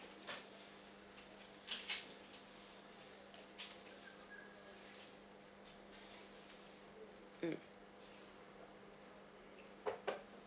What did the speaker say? mm